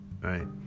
right